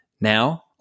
Now